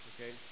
Okay